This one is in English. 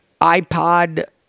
iPod